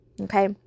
okay